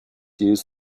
used